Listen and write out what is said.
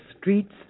streets